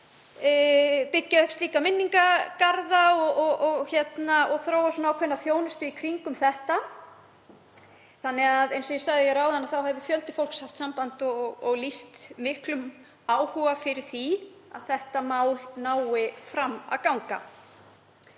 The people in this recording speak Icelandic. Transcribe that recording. byggja upp slíka minningargarða og þróa ákveðna þjónustu í kringum það. Eins og ég sagði áðan hefur fjöldi fólks haft samband og lýst miklum áhuga á því að þetta mál nái fram að ganga.